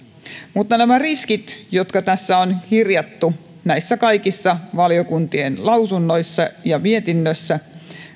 mutta nämä riskit jotka on kirjattu näissä kaikissa valiokuntien lausunnoissa ja mietinnössä